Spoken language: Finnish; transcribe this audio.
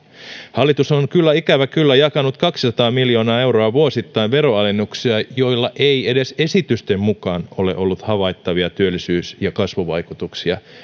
hallitus on kyllä ikävä kyllä jakanut kaksisataa miljoonaa euroa vuosittain veronalennuksia joilla ei edes esitysten mukaan ole ollut havaittavia työllisyys ja kasvuvaikutuksia